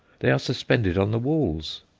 they are suspended on the walls.